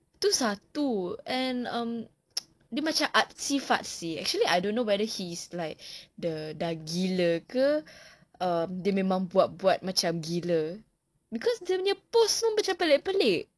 itu satu and um dia macam artsy fartsy actually I don't know whether he's like the sudah gila ke err dia memang buat-buat macam gila because dia punya post pun macam pelik-pelik